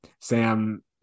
Sam